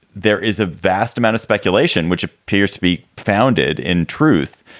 there is a vast amount of speculation which appears to be founded, in truth,